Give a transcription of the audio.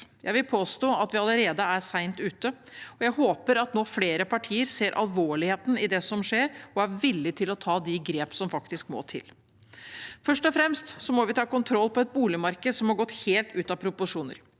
Jeg vil påstå at vi allerede er sent ute, og jeg håper at flere partier nå ser alvorligheten i det som skjer, og er villige til å ta de grep som faktisk må til. Først og fremst må vi ta kontroll over et boligmarked som har gått helt ut av proporsjoner